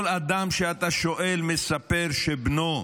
כל אדם שאתה שואל מספר שבנו,